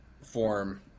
form